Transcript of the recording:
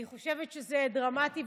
אני חושבת שזה דרמטי,